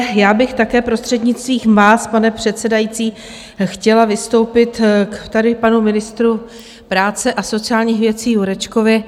Já bych také prostřednictvím vás, pane předsedající, chtěla vystoupit tady k panu ministru práce a sociálních věcí Jurečkovi.